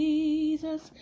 Jesus